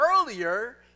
earlier